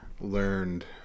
learned